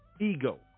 ego